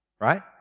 Right